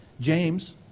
James